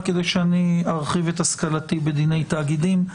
רק כדי שאני ארחיב את השכלתי בדיני תאגידים.